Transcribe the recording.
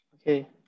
okay